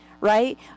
Right